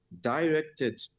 directed